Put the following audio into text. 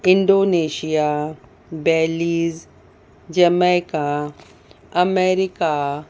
Indonesia belize jamaica America